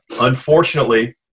unfortunately